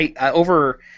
over